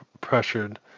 pressured